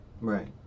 Right